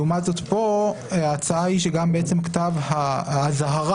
לעומת זאת כאן ההצעה היא שגם כתב האזהרה,